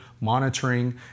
monitoring